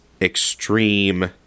extreme